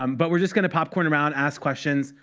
um but we're just going to popcorn around, ask questions.